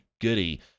goody